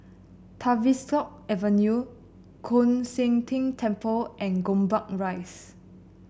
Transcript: Tavistock Avenue Koon Seng Ting Temple and Gombak Rise